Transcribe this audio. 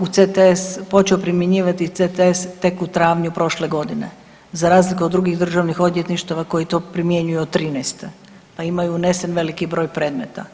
u CTS, počeo primjenjivati CTS tek u travnju prošle godine za razliku od drugih državnih odvjetništava koji to primjenjuju od '13. pa imaju unesen veliki broj predmeta.